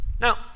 Now